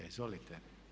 Izvolite.